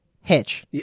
Hitch